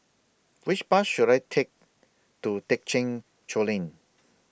Which Bus should I Take to Thekchen Choling